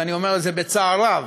ואני אומר את זה בצער רב.